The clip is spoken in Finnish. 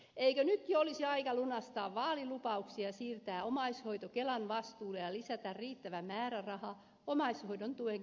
eikö nyt jo olisi aika lunastaa vaalilupauksia ja siirtää omaishoito kelan vastuulle ja lisätä riittävä määräraha omaishoidon tuen korottamiseen